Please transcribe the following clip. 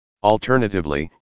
Alternatively